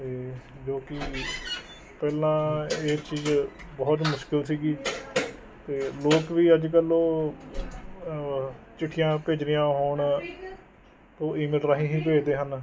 ਅਤੇ ਜੋ ਕਿ ਪਹਿਲਾਂ ਇਹ ਚੀਜ਼ ਬਹੁਤ ਮੁਸ਼ਕਿਲ ਸੀਗੀ ਅਤੇ ਲੋਕ ਵੀ ਅੱਜ ਕੱਲ੍ਹ ਉਹ ਚਿੱਠੀਆਂ ਭੇਜਣੀਆਂ ਹੋਣ ਉਹ ਈ ਮੇਲ ਰਾਹੀਂ ਹੀ ਭੇਜਦੇ ਹਨ